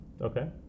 Okay